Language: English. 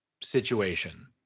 situation